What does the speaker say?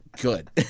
good